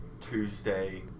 Tuesday